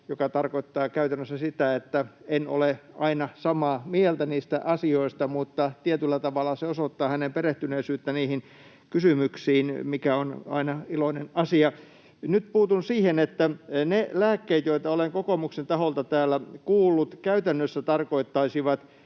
mikä tarkoittaa käytännössä sitä, että en ole aina samaa mieltä niistä asioista, mutta tietyllä tavalla se osoittaa hänen perehtyneisyyttään niihin kysymyksiin, mikä on aina iloinen asia. Nyt puutun siihen, että ne lääkkeet, joita olen kokoomuksen taholta täällä kuullut, käytännössä tarkoittaisivat